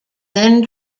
then